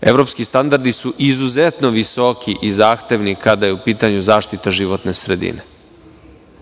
evropski standardi su izuzetno visoki i zahtevni kada je u pitanju zaštita životne sredine.